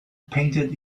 painted